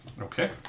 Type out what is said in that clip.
Okay